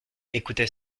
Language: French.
écoutait